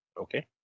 okay